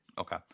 okay